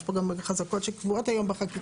יש פה גם חזקות שקבועות היום בחקיקה.